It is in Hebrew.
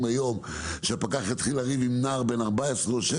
היום שהפקח יתחיל לריב עם נער בן 14 או 16: